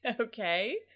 okay